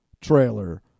trailer